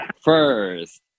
first